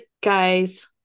guys